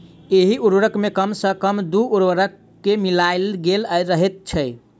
एहि उर्वरक मे कम सॅ कम दू उर्वरक के मिलायल गेल रहैत छै